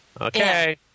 okay